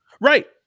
Right